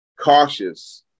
cautious